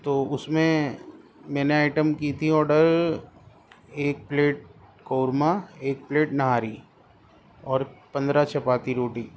تو اس میں میں نے آئٹم کی تھی آڈر ایک پلیٹ قورمہ ایک پلیٹ نہاری اور پندرہ چپاتی روٹی